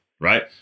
right